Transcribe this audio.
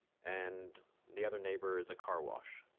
and the other neighbor is a car wash.